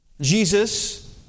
Jesus